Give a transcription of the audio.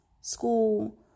school